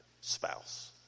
spouse